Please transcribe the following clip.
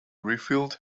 refilled